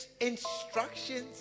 instructions